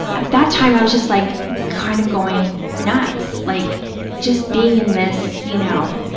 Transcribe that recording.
at that time, i was just like kind of going nuts, like just being in this, you know,